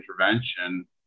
intervention